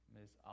Miss